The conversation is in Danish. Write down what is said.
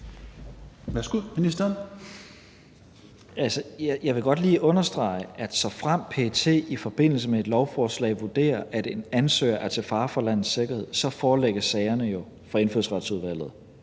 (Mattias Tesfaye): Jeg vil godt lige understrege, at såfremt PET i forbindelse med et lovforslag vurderer, at en ansøger er til fare for landets sikkerhed, så forelægges sagerne jo for Indfødsretsudvalget,